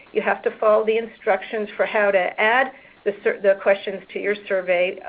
you have to follow the instructions for how to add the sort of the questions to your survey.